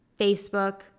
Facebook